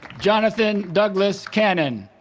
johnathan douglas cannon